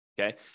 okay